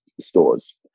stores